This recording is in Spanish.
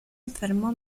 enfermó